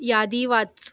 यादी वाच